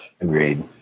Agreed